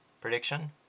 prediction